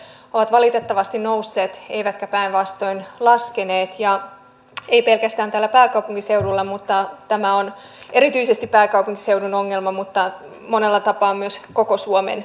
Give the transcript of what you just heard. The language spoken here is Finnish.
asumiskustannukset ovat valitettavasti nousseet eivätkä päinvastoin laskeneet eivät pelkästään täällä pääkaupunkiseudulla mutta tämä on erityisesti pääkaupunkiseudun ongelma ja monella tapaa myös koko suomen ongelma